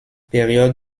période